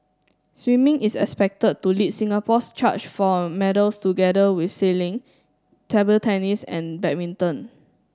swimming is expected to lead Singapore's charge for medals together with sailing table tennis and badminton